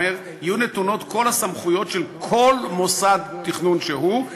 "יהיו נתונות כל הסמכויות של כל מוסד תכנון שהוא,